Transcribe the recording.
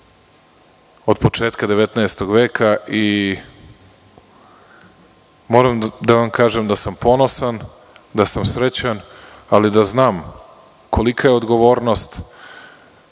od početka 19. veka. Moram da vam kažem da sam ponosan, srećan, ali da znam kolika je odgovornost,